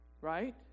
right